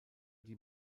die